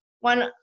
One